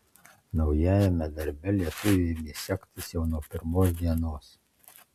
naujajame darbe lietuviui ėmė sektis jau nuo pirmos dienos